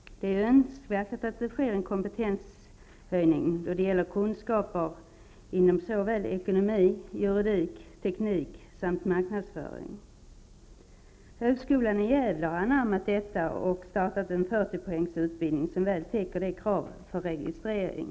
Det är önskvärt att det sker en kompetenshöjning då det gäller kunskaper inom såväl ekonomi och juridik som teknik och marknadsföring. Högskolan i Gävle har anammat detta och startat en 40-poängsutbildning, som mycket väl täcker kravet för registrering.